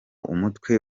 umutwe